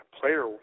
player